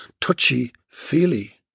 touchy-feely